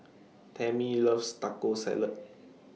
Tammy loves Taco Salad